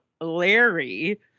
Larry